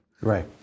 Right